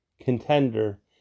contender